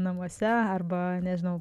namuose arba nežinau